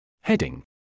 Heading